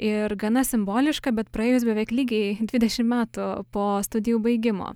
ir gana simboliška bet praėjus beveik lygiai dvidešim metų po studijų baigimo